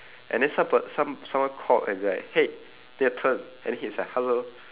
and then some per~ some~ someone called and be like hey then I turned and then he's like hello